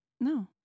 No